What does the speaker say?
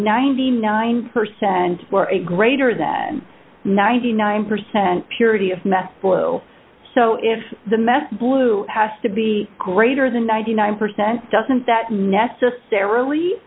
ninety nine percent greater then ninety nine percent purity of math blue so if the message blue has to be greater than ninety nine percent doesn't that necessarily